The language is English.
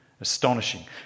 Astonishing